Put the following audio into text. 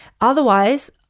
Otherwise